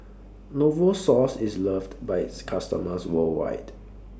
Novosource IS loved By its customers worldwide